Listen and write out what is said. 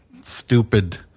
stupid